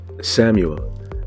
Samuel